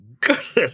goodness